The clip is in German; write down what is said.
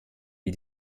wie